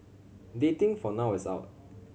dating for now is out